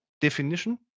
definition